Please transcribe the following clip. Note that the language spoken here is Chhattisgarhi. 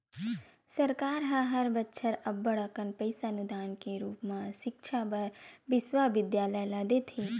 सरकार ह हर बछर अब्बड़ कन पइसा अनुदान के रुप म सिक्छा बर बिस्वबिद्यालय ल देथे